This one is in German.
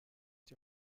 die